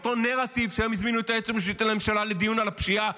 אותו נרטיב שהיום הזמינו את היועצת המשפטית לממשלה לדיון על הפשיעה,